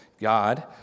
God